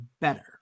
better